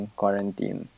quarantine